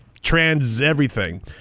trans-everything